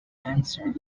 cancer